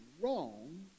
wrong